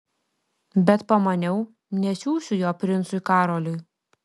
bet pamaniau nesiųsiu jo princui karoliui